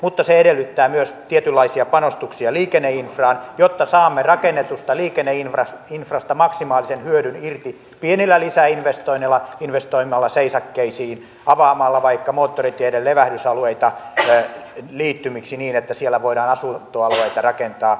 mutta se edellyttää myös tietynlaisia panostuksia liikenneinfraan jotta saamme rakennetusta liikenneinfrasta maksimaalisen hyödyn irti pienillä lisäinvestoinneilla investoimalla seisakkeisiin avaamalla vaikka moottoriteiden levähdysalueita liittymiksi niin että siellä voidaan asuntoalueita rakentaa